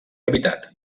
habitat